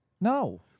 No